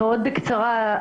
מאוד בקצרה,